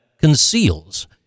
conceals